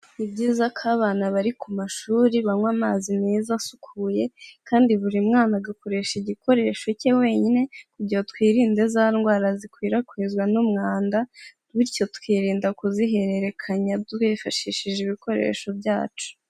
Ni byiza ko abana bari ku mashuri banywa amazi meza asukuye kandi buri mwana agakoresha igikoresho cye wenyine kugira twirinde za ndwara zikwirakwizwa n'umwanda bityo twinda kuzihererekanya twifashishije ibikoresho byacu.